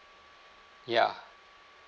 ya